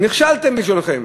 נכשלתם בלשונכם.